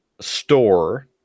store